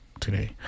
today